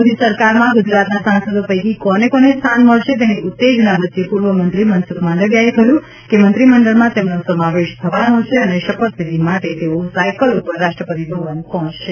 મોદી સરકારમાં ગુજરાતના સાંસદો પૈકી કોને કોને સ્થાન મળશે તેની ઉત્તેજના વચ્ચે પૂર્વ મંત્રી મનસુખ માંડવીયાએ કહ્યું છે મંત્રીમંડળમાં તેમનો સમાવેશ થવાનો છે અને શપથવિધિ માટે તેઓ સાયકલ ઉપર રાષ્ટ્રપતિ ભવન પહોંચશે